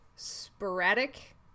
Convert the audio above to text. sporadic